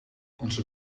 onze